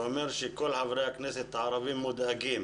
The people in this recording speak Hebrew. זה אומר שכל חברי הכנסת הערבים מודאגים